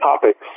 topics